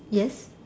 yes